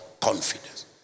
confidence